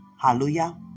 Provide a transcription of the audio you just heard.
Hallelujah